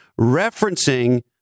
referencing